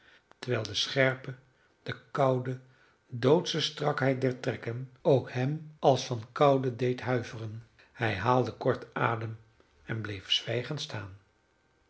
terwijl de scherpe de koude doodsche strakheid der trekken ook hem als van koude deed huiveren hij haalde kort adem en bleef zwijgend staan